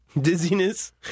dizziness